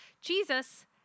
Jesus